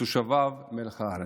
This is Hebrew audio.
ותושביו מלח הארץ.